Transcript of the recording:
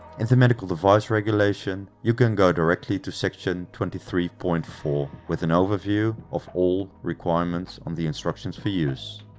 and the medical device regulation you can go directly to section twenty three point four with an overview of all requirements on the instructions for use.